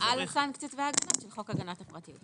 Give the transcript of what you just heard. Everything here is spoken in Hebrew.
על הסנקציות וההגנות של חוק הגנת הפרטיות.